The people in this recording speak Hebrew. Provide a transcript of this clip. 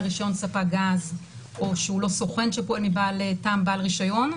רישיון ספק גז או שהוא לא סוכן שפועל מטעם בעל רישיון,